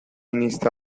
feminista